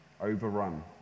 overrun